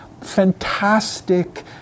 fantastic